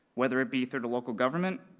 whether it be through the local government,